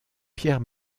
pierre